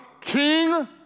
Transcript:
king